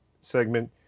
segment